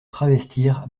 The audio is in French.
travestir